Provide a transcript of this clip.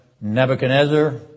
Nebuchadnezzar